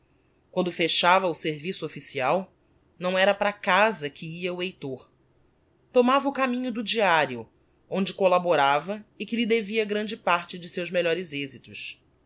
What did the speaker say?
quando fechava o serviço official não era para casa que ia o heitor tomava o caminho do diario onde collaborava e que lhe devia grande parte de seus melhores exitos